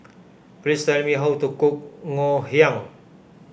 please tell me how to cook Ngoh Hiang